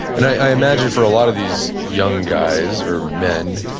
and i imagine for a lot of these young guys, or men,